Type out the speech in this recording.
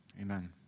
amen